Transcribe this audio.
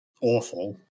awful